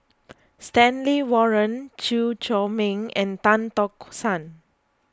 Stanley Warren Chew Chor Meng and Tan Tock San